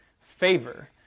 Favor